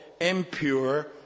impure